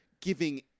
giving